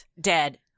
dead